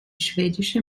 schwedische